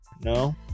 no